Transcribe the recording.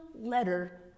letter